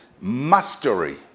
mastery